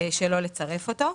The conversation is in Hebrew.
שלא לצרף אותו.